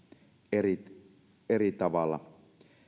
eri eri tavalla